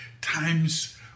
times